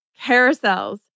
Carousels